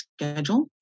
schedule